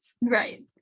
right